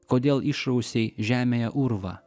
kodėl išrausei žemėje urvą